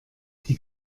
die